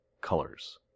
colors